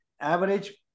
average